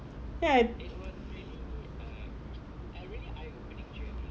ya I